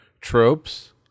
tropes